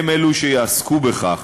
הם שיעסקו בכך.